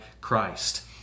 Christ